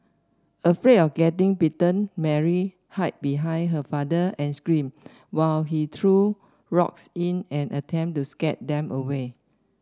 afraid of getting bitten Mary hid behind her father and screamed while he threw rocks in an attempt to scare them away